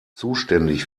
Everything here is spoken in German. zuständig